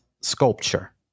sculpture